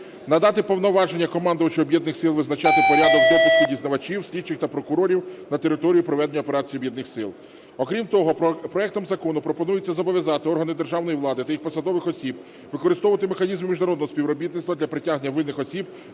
надати повноваження командувачу Об'єднаних сил визначати порядок допуску дізнавачів, слідчих і прокурорів на територію проведення операції Об'єднаних сил. Окрім того, проектом Закону пропонується зобов'язати органи державної влади та їх посадових осіб використовувати механізм міжнародного співробітництва для притягнення винних осіб